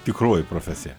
tikroji profesija